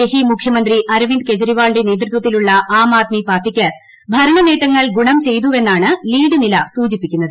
ഡൽഹി മുഖ്യമന്ത്രി അരവിന്ദ് കെജ്രിവാളിന്റെ നേതൃത്വത്തിലുള്ള ആം ആദ്മി പാർട്ടിക്ക് ഭരണനേട്ടങ്ങൾ ഗുണം ചെയ്തുവെന്നാണ് ലീഡ് നില സൂചിപ്പിക്കുന്നത്